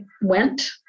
went